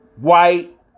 white